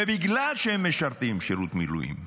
בגלל שהם משרתים שירות מילואים,